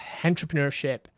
entrepreneurship